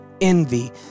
envy